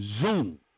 Zoom